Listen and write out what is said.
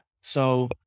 So-